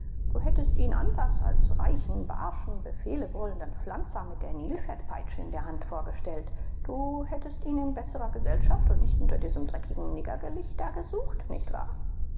du hättest dir ihn anders als reichen barschen befehle brüllenden pflanzer mit der nilpferdpeitsche in der hand vorgestellt du hättest ihn in besserer gesellschaft und nicht unter diesem dreckigen niggergelichter gesucht nicht wahr